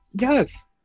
yes